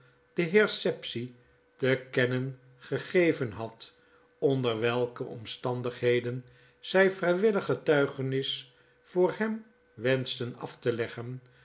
den heer sapsea te kennen gegeven had onder welke omstandigheden zjj vrijwilliggetuigenis voor hem wenschten af te leggen